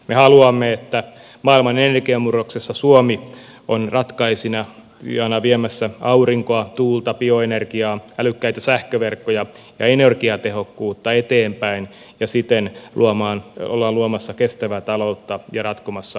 me haluamme että maailman energiamurroksessa suomi on ratkaisijana viemässä aurinkoa tuulta bioenergiaa älykkäitä sähköverkkoja ja energiatehokkuutta eteenpäin ja siten ollaan luomassa kestävää taloutta ja ratkomassa ilmastonmuutosta